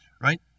Right